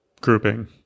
grouping